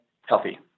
healthy